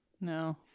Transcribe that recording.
no